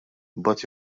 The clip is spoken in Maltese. imbagħad